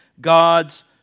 God's